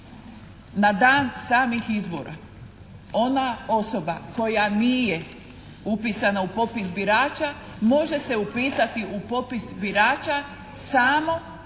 Na dan samih izbora ona osoba koja nije upisana u popis birača može se upisati u popis birača samo, nemate